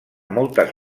moltes